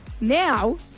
now